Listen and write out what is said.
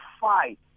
fight